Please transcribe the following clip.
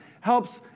helps